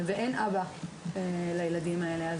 ואין אבא לילדים האלה.